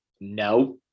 no